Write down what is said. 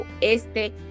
este